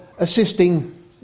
assisting